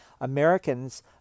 Americans